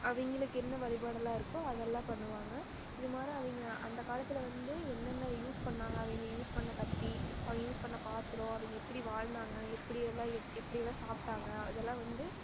அவய்ங்களுக்கு என்ன வழிபாடுகள்லாம் இருக்கோ அதெல்லாம் பண்ணுவாங்க இது மாதிரி அவய்ங்க அந்த காலத்தில் வந்து என்னென்ன யூஸ் பண்ணாங்க அவய்ங்க யூஸ் பண்ண கத்தி அவய்ங்க யூஸ் பண்ண பாத்திரோம் அவய்ங்க எப்படி வாழ்ந்தாங்க எப்படியெல்லாம் எப்படியெல்லாம் சாப்பிட்டாங்க அதெல்லாம் வந்து